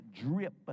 drip